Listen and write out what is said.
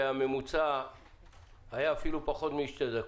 והממוצע היה אפילו פחות מ-2 דקות.